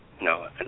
No